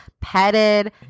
Petted